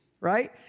right